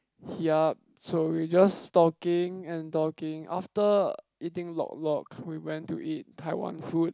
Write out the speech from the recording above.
yup so we just talking and talking after eating Lok Lok we went to eat Taiwan food